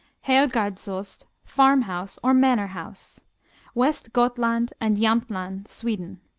herrgardsost, farm house or manor house west gothland and jamtland, sweden